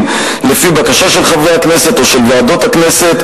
לפי בקשה של חברי הכנסת או של ועדות הכנסת,